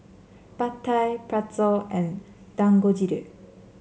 Pad Thai Pretzel and Dangojiru